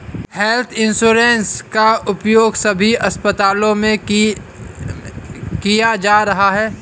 health insurance का उपयोग सभी अस्पतालों में किया जा रहा है